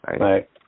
Right